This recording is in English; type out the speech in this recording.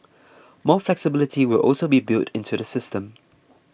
more flexibility will also be built into the system